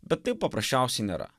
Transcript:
bet taip paprasčiausiai nėra